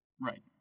right